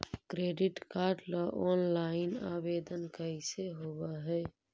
Credit card ल online आवेदन कैसे होब है?